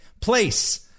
place